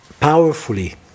Powerfully